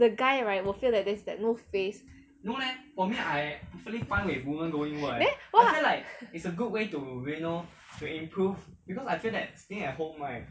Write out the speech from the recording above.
the guy right will feel that there's like no face then why I